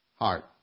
Heart